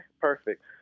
perfect